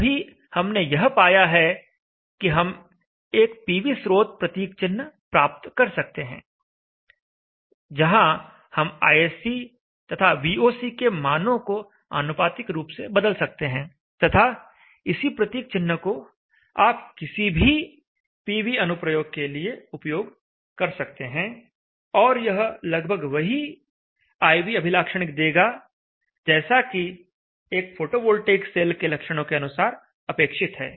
अभी हमने यह पाया है कि हम एक पीवी स्रोत प्रतीक चिन्ह प्राप्त कर सकते हैं जहां हम ISC तथा VOC के मानों को आनुपातिक रूप से बदल सकते हैं तथा इसी प्रतीक चिन्ह को आप किसी भी पीवी अनुप्रयोग के लिए उपयोग कर सकते हैं और यह लगभग वही I V अभिलाक्षणिक देगा जैसा कि एक फोटोवोल्टिक सेल के लक्षणों के अनुसार अपेक्षित है